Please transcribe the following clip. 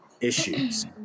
issues